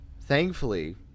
thankfully